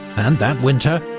and that winter,